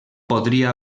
podria